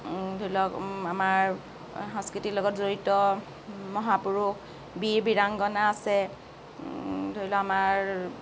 ধৰি লওক আমাৰ সংস্কৃতিৰ লগত জড়িত মহাপুৰুষ বীৰ বীৰাঙ্গনা আছে ধৰি লওক আমাৰ